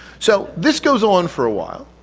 so this goes on for a while